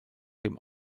dem